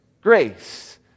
grace